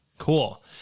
Cool